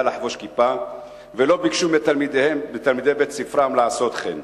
לחבוש כיפה ולא ביקשו מתלמידי בית-ספרם לעשות כן.